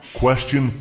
Question